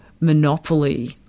monopoly